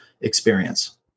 experience